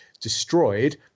destroyed